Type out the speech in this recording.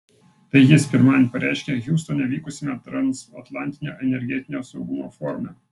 tai jis pirmadienį pareiškė hjustone vykusiame transatlantinio energetinio saugumo forume